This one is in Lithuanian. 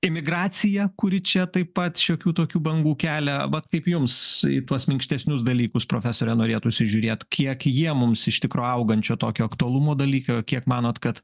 imigracija kuri čia taip pat šiokių tokių bangų kelia vat kaip jums į tuos minkštesnius dalykus profesore norėtųsi žiūrėt kiek jie mums iš tikro augančio tokio aktualumo dalyką kiek manot kad